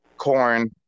Corn